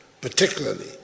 particularly